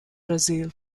brazil